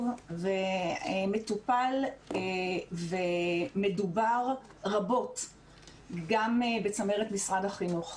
ומטופל ומדובר רבות גם בצמרת משרד החינוך.